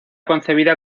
concebida